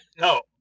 No